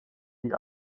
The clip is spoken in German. wie